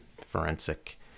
forensic